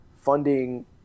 funding